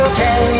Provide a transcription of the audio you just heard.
Okay